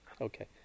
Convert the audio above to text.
Okay